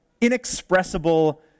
inexpressible